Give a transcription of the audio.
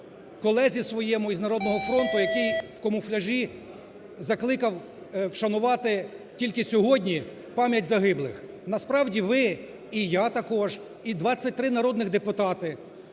колезі своєму із "Народного фронту", який в камуфляжі закликав вшанувати тільки сьогодні пам'ять загиблих. Насправді, ви і я також, і 23 народних депутати